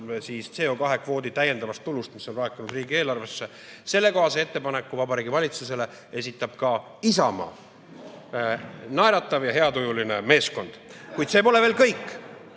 sellest CO2kvoodi täiendavast tulust, mis on laekunud riigieelarvesse. Sellekohase ettepaneku Vabariigi Valitsusele esitab ka Isamaa naeratav ja heatujuline meeskond. Kuid see pole veel kõik.